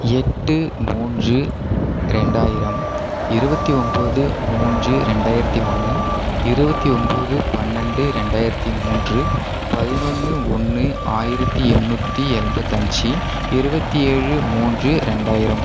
எட்டு மூன்று ரெண்டாயிரம் இருபத்தி ஒன்பது மூன்று ரெண்டாயிரத்து ஒன்று இருபத்து ஒன்பது பன்னெண்டு ரெண்டாயிரத்து மூன்று பதினொன்று ஒன்று ஆயிரத்து எந்நூற்றி எம்பத்தஞ்சு இருபத்தியேழு மூன்று ரெண்டாயிரம்